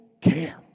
care